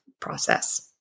process